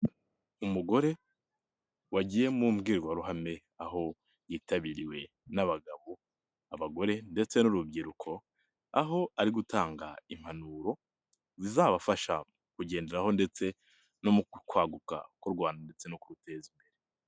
Umugore wagiye mu mbwirwaruhame, aho yitabiriwe n'abagabo, abagore ndetse n'urubyiruko, aho ari gutanga impanuro zizabafasha kugenderaho ndetse no mu kwaguka kw'u Randawana ndetse no kuruteza imbere.